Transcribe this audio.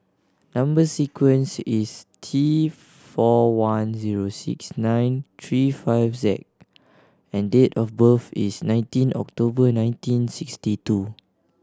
number sequence is T four one zero six nine three five Z and date of birth is nineteen October nineteen sixty two